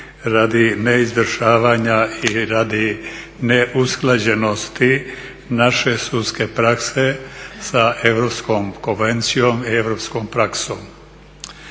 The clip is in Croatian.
radi neizvršavanja i radi neusklađenosti naše sudske prakse sa Europskom konvencijom i europskom praksom.